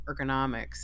ergonomics